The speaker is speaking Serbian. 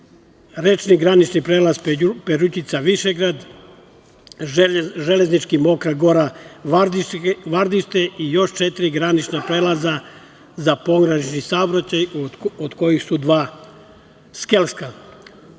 rečni granični prelaz Perućica-Višegrad, železnički Mokra Gora-Vardište i još četiri granična prelaza za pogranični saobraćaj, od kojih su dva skelska. Ova